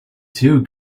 too